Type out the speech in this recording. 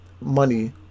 money